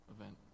event